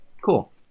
cool